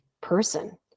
person